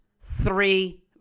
three